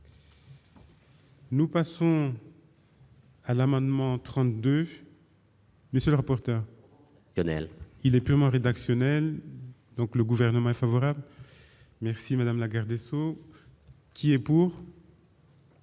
Nous passons. à l'amendement 30 2. Mais ça rapporte, il est purement rédactionnel, donc le gouvernement est favorable, merci Madame Lagarde Esso, qui est pour.